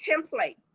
template